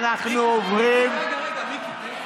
אנחנו עוברים, מיקי, רגע, רגע, מיקי.